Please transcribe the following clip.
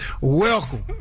Welcome